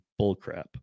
bullcrap